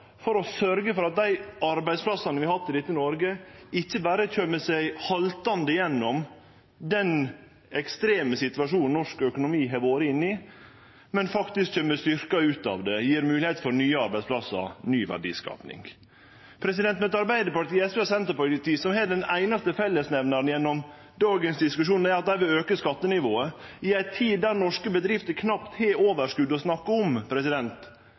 for å sørgje for at dei arbeidsplassane vi har i Noreg, ikkje berre kjem seg haltande gjennom den ekstreme situasjonen norsk økonomi har vore i, men faktisk kjem styrkte ut av det, og at det gjev moglegheiter for nye arbeidsplassar og ny verdiskaping. Arbeidarpartiet, SV og Senterpartiet har som einaste fellesnemnaren gjennom dagens diskusjon at dei vil auke skattenivået, i ei tid der norske bedrifter knapt har overskot å snakke om.